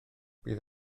bydd